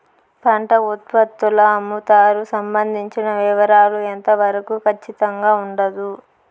పంట ఉత్పత్తుల అమ్ముతారు సంబంధించిన వివరాలు ఎంత వరకు ఖచ్చితంగా ఉండదు?